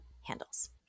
handles